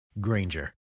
Granger